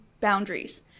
boundaries